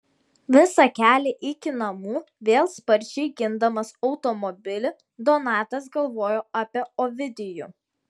visą kelią iki namų vėl sparčiai gindamas automobilį donatas galvojo apie ovidijų